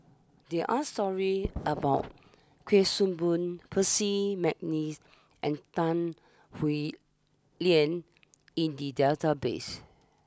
there are stories about Kuik Swee Boon Percy McNeice and Tan Howe Liang in the database